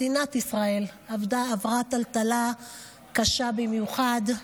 מדינת ישראל עברה טלטלה קשה במיוחד,